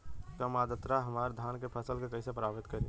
कम आद्रता हमार धान के फसल के कइसे प्रभावित करी?